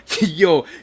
Yo